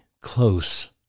close